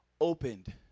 opened